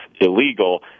illegal